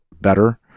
better